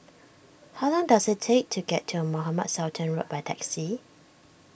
how long does it take to get to Mohamed Sultan Road by taxi